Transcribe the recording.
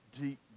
deep